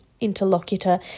interlocutor